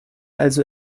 also